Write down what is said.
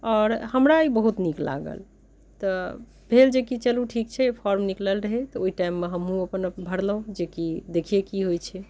आओर हमरा ई बहुत नीक लागल तऽ भेल जे कि चलू ठीक छै फॉर्म निकलल रहै तऽ ओहि टाइमपर हमहूँ अपन भरलहुँ जे कि देखियै की होइत छै